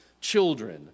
children